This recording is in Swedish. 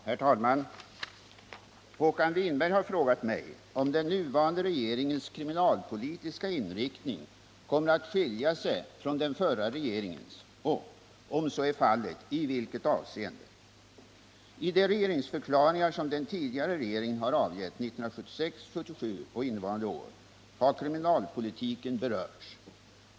Herr talman! Håkan Winberg har frågat mig om den nuvarande regeringens kriminalpolitiska inriktning kommer att skilja sig från den förra regeringens och — om så är fallet — i vilket avseende. I de regeringsförklaringar som den tidigare regeringen har avgett 1976, 1977 och innevarande år har kriminalpolitiken berörts.